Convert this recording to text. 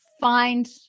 find